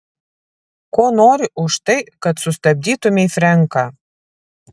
ko nori už tai kad sustabdytumei frenką